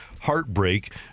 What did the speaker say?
heartbreak